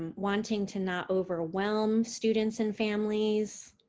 wanting to not overwhelm students and families.